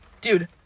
Dude